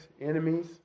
enemies